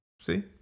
see